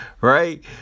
right